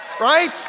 right